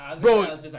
Bro